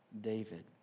David